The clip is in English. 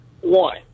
One